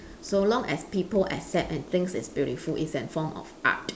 so long as people accept and thinks it's beautiful it's an form of art